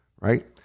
right